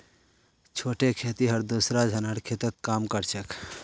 छोटे खेतिहर दूसरा झनार खेतत काम कर छेक